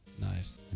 nice